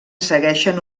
segueixen